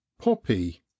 poppy